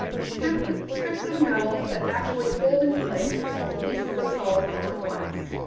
the strips of strips of metal that actually hold in place the pieces of solid colored glass.